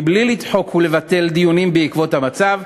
בלי לדחוק ולבטל דיונים בעקבות המצב,